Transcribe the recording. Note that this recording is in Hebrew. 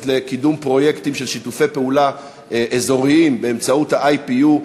לקידום פרויקטים של שיתופי פעולה אזוריים באמצעות ה-IPU,